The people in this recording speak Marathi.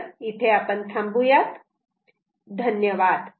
धन्यवाद